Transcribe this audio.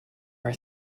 are